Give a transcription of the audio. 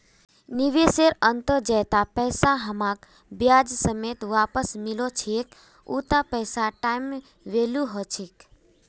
निवेशेर अंतत जैता पैसा हमसाक ब्याज समेत वापस मिलो छेक उता पैसार टाइम वैल्यू ह छेक